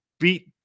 Beat